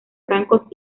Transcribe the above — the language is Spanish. francos